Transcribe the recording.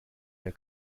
der